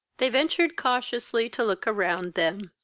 they ventured cautiously to look around them.